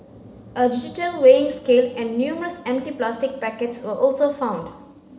a digital weighing scale and numerous empty plastic packets were also found